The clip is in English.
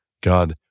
God